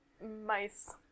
mice